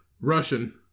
Russian